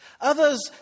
Others